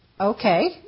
okay